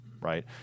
right